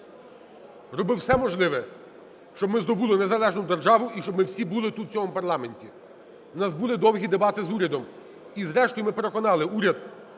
робив все можливе, щоб ми здобули незалежну державу, і щоб ми всі були тут, в цьому парламенті. В нас були довгі дебати з урядом, і зрештою ми переконали уряд,